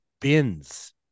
bins